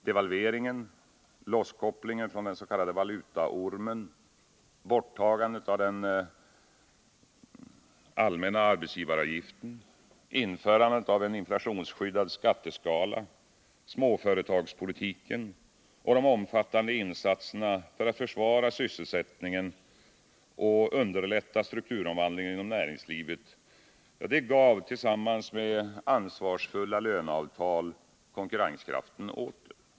Devalveringen, losskopplingen från den s.k. valutaormen, borttagandet av den allmänna arbetsgivaravgiften, införandet av en inflationsskyddad skatteskala, småföretagspolitiken och de omfattande insatserna för att försvara sysselsättningen och underlätta strukturomvandlingen inom näringslivet gav tillsammans med ansvarsfulla löneavtal konkurrenskraften åter.